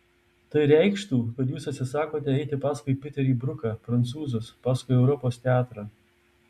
tai reikštų kad jūs atsisakote eiti paskui piterį bruką prancūzus paskui europos teatrą